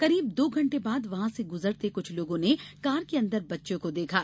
करीब दो घंटे बाद वहां से गुजरते कुछ लोगों ने कार के अंदर बच्चों को देखा